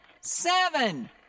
seven